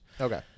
Okay